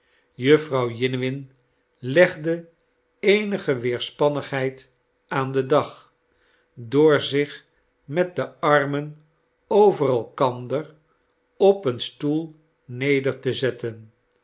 jufvrouw jiniwin legde eenige weerspannigheid aan den dag door zich met de armen over elkander op een stoel neder te zetten